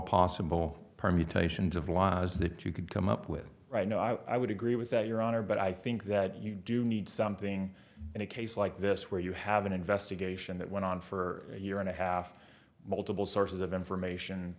possible permutations of lies that you could come up with right now i would agree with that your honor but i think that you do need something in a case like this where you have an investigation that went on for a year and a half multiple sources of information